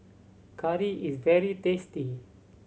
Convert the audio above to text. curry is very tasty